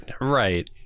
Right